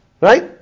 Right